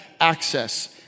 access